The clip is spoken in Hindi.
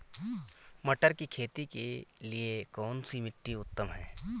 मटर की खेती के लिए कौन सी मिट्टी उत्तम है?